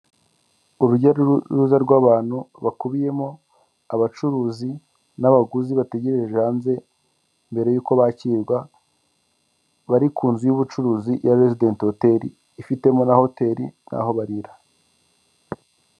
Urujya n'uruza rw'abantu bakubiyemo abacuruzi n'abaguzi bategerereje hanze mbere yuko bakirwa bari ku nzu y'ubucuruzi ya rezidenti hoteli ifitemo na hoteri n'aho barira.